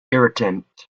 irritant